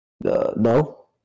No